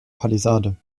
palisade